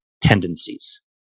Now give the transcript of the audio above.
tendencies